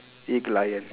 eaglion